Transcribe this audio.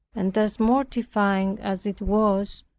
and as mortifying as it was,